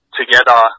together